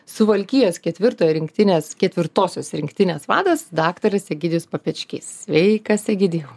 suvalkijos ketvirtojo rinktinės ketvirtosios rinktinės vadas daktaras egidijus papečkys sveikas egidijau